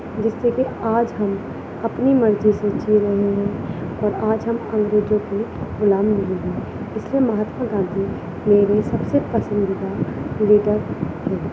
جس سے کہ آج ہم اپنی مرضی سے جی رہے ہیں اور آج ہم انگریزوں کے غلام نہیں ہیں اس لیے مہاتما گاندھی میرے سب سے پسندیدہ لیڈر ہیں